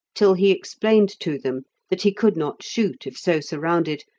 till he explained to them that he could not shoot if so surrounded,